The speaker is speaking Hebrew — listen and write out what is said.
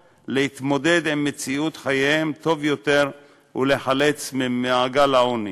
להתמודד טוב יותר עם מציאות חייהן ולהיחלץ ממעגל העוני.